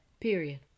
period